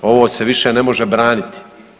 Ovo se više ne može braniti.